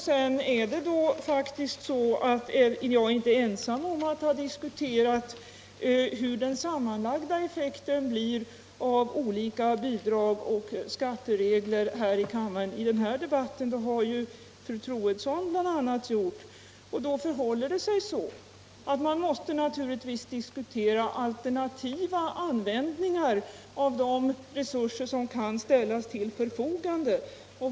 Det är faktiskt så att jag inte är ensam här i kammaren om att ha diskuterat hur den sammanlagda effekten blir av olika bidrag och skatteregler. I den här debatten har bl.a. fru Troedsson gjort det. Det förhåller sig ju så att man naturligtvis måste diskutera alternativa användningar — Nr 121 av de resurser som kan ställas till förfogande.